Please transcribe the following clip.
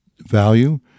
Value